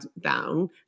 down